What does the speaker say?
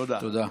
תודה.